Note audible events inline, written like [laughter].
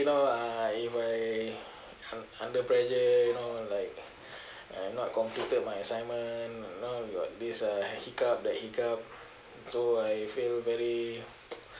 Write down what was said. you know uh if I un~ under pressure you know like [breath] uh not completed my assignment you know got this uh hiccup that hiccup so I feel very [noise]